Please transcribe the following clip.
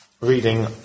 reading